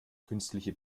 künstliche